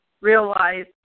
realize